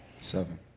seven